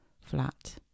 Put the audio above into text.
flat